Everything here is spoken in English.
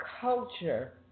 culture